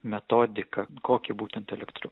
metodiką kokį būtent elektro